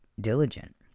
diligent